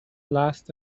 last